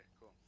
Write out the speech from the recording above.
cool